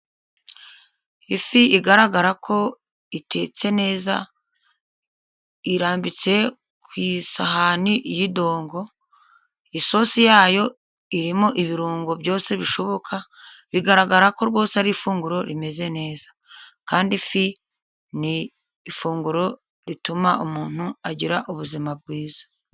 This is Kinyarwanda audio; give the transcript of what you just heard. Ifi igaragara ko itetse neza irambitse ku isahani y'idongo. Isosi yayo irimo ibirungo byose bishoboka, bigaragara ko rwose ari ifunguro rimeze neza. Kandi ifi ni ifunguro rituma umuntu agira ubuzima bwiza.